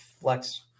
flex